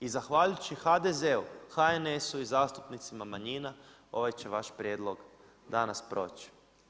I zahvaljujući HDZ-u, HNS-u i zastupnicima manjina, ovaj će vaš prijedlog danas proći.